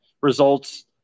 results